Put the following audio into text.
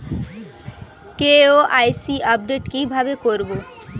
KYC update কি ভাবে করবো?